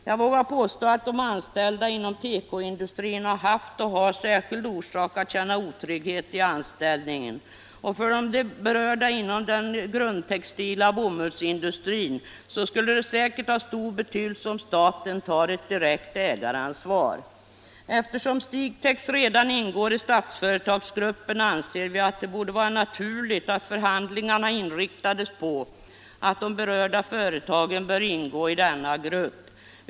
Jag vågar påstå att de anställda inom tekoindustrin har haft och har särskild orsak att känna otrygghet i anställningen, och för de berörda inom den grundtextila bomullsindustrin skulle det säkert ha stor betydelse om staten tog ett direkt ägaransvar. Eftersom Stigtex redan ingår i Statsföretagsgruppen anser vi att det borde vara naturligt att förhandlingarna inriktades på att de berörda företagen skulle ingå i denna grupp.